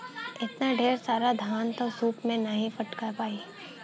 एतना ढेर सारा धान त सूप से नाहीं फटका पाई